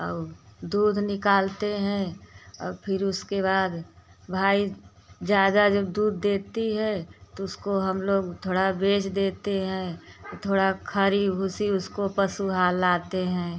और दूध निकालते हैं और फिर उसके बाद भाई ज़्यादा जब दूध देती है तो उसको हम लोग थोड़ा बेच देते हैं थोड़ा खरी भूसी उसको पशुहा लाते हैं